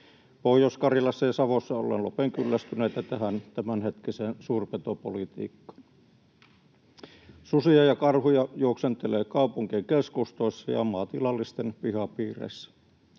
Pohjois-Karjalassa ja Savossa ollaan lopen kyllästyneitä tämänhetkiseen suurpetopolitiikkaan. Susia ja karhuja juoksentelee kaupunkien keskustoissa ja maatilallisten pihapiireissä.